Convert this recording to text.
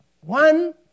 one